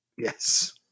Yes